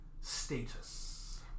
status